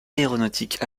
aéronautiques